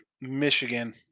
Michigan